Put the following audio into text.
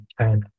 China